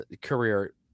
career